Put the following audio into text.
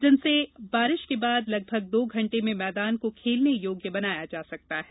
जिनसे बारिश के बाद लगभग दो घंटे में मैदान को खेलने योग्य बनाया जा सकता है